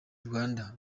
rwanda